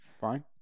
fine